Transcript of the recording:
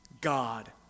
God